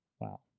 Wow